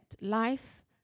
life